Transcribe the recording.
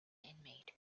inmate